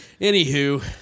Anywho